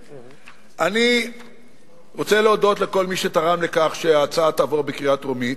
אני רוצה להודות לכל מי שתרם לכך שההצעה תעבור בקריאה טרומית.